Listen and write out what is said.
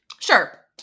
Sure